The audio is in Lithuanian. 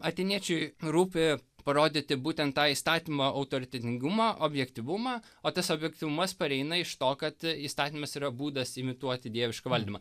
atėniečiui rūpi parodyti būtent tą įstatymą autoritetingumą objektyvumą o tas objektyvumas pareina iš to kad a įstatymas yra būdas imituoti dievišką valdymą